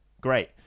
great